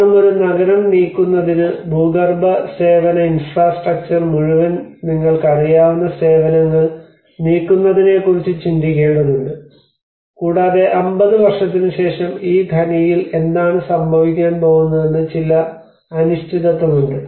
കാരണം ഒരു നഗരം നീക്കുന്നതിന് ഭൂഗർഭ സേവന ഇൻഫ്രാസ്ട്രക്ചർ മുഴുവൻ നിങ്ങൾക്കറിയാവുന്ന സേവനങ്ങൾ നീക്കുന്നതിനെക്കുറിച്ച് ചിന്തിക്കേണ്ടതുണ്ട് കൂടാതെ 50 വർഷത്തിനുശേഷം ഈ ഖനിയിൽ എന്താണ് സംഭവിക്കാൻ പോകുന്നതെന്ന് ചില അനിശ്ചിതത്വമുണ്ട്